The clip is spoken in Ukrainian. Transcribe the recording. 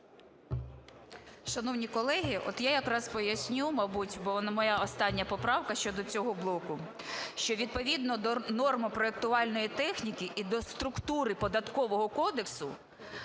Шановні колеги, от я якраз поясню, мабуть, бо моя остання поправка щодо цього блоку, що, відповідно до нормопроектувальної техніки і до структури Податкового кодексу,